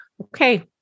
okay